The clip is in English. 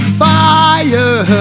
fire